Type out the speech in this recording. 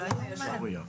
העולם הישן.